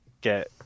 get